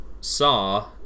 Saw